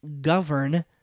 govern